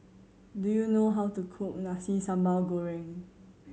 do you know how to cook Nasi Sambal Goreng